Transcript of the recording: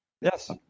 Yes